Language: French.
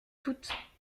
toutes